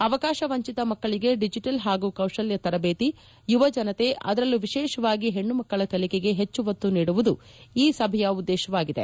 ಅವಕಾಶ ವಂಚಿತ ಮಕ್ಕಳಿಗೆ ಡಿಜಿಟಲ್ ಹಾಗೂ ಕೌಶಲ್ಯ ತರಬೇತಿ ಯುವ ಜನತೆ ಅದರಲ್ಲೂ ವಿಶೇಷವಾಗಿ ಹೆಣ್ಣುಮಕ್ಕಳ ಕಲಿಕೆಗೆ ಹೆಚ್ಚು ಒತ್ತು ನೀಡುವುದು ಈ ಸಭೆಯ ಉದ್ದೇಶವಾಗಿದೆ